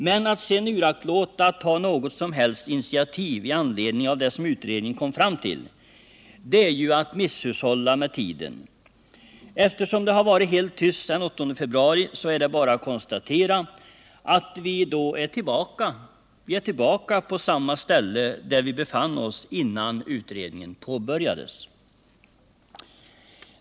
Men att sedan uraktlåta att ta något som helst initiativ i anledning av det som utredningen kom fram till, det är ju att misshushålla med tiden. Eftersom det varit helt tyst sedan 8 februari, är det bara att konstatera att vi då är tillbaka på samma ställe där vi befann oss innan utredningen påbörjades.